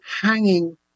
hanging